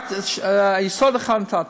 רק יסוד אחד לא נתתי: